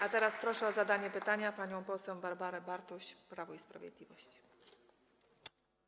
A teraz proszę o zadanie pytania panią poseł Barbarę Bartuś, Prawo i Sprawiedliwość.